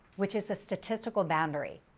which is a statistical boundary,